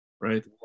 right